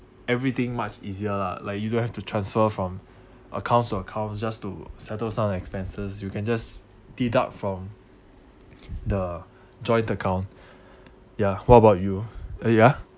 everything much easier lah like you don't have to transfer from accounts to accounts just to settle some of the expenses you can just deduct from the joint account ya what about you err ya